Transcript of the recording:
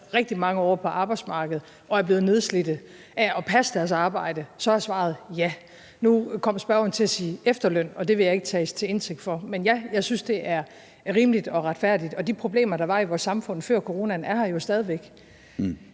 rigtig mange år på arbejdsmarkedet og er blevet nedslidte af at passe deres arbejde, så er svaret ja. Nu kom spørgeren til at sige efterløn, og det vil jeg ikke tages til indtægt for. Men ja, jeg synes, det er rimeligt og retfærdigt. Og de problemer, der var i vores samfund før corona, er her jo stadig væk.